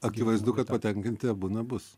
akivaizdu kad patenkinti abu nebus